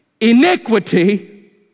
iniquity